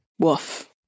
Woof